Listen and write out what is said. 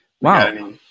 wow